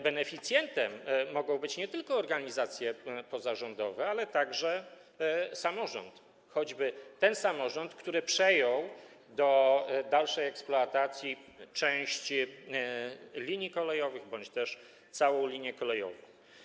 Beneficjentem mogą być nie tylko organizacje pozarządowe, ale także samorząd - choćby ten samorząd, który przejął do dalszej eksploatacji część linii kolejowych bądź też całą linię kolejową.